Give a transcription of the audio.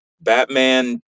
Batman